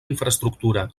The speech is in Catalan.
infraestructura